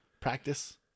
practice